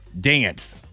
Dance